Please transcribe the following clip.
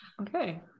Okay